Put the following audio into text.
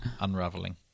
unraveling